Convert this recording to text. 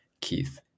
Keith